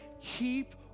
keep